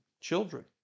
children